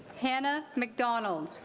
hannah mcdonald.